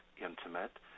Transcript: intimate